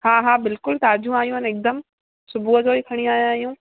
हा हा बिल्कुलु ताज़ियूं आयू आहिनि हिकदमि सुबुह जो ई खणी आया आहियूं